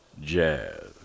Jazz